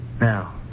Now